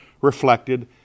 reflected